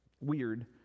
weird